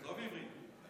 לא עברית.